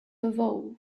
evolve